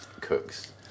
cooks